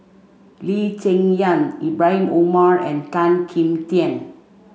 Lee Cheng Yan Ibrahim Omar and Tan Kim Tian